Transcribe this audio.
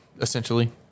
essentially